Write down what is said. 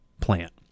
plant